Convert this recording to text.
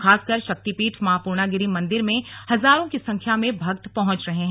खासकर शक्तिपीठ मां पूर्णागिरि मंदिर में हजारों की संख्या में भक्त पहुंच रहे हैं